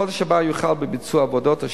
בחודש הבא יוחל בביצוע עבודות השלד,